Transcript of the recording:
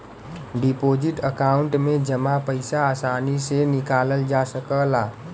deposit account में जमा पइसा आसानी से निकालल जा सकला